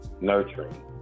nurturing